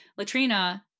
latrina